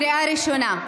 קריאה ראשונה.